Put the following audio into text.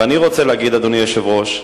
ואני רוצה להגיד, אדוני היושב-ראש,